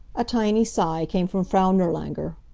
a tiny sigh came from frau nirlanger.